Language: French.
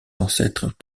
ancêtres